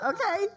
Okay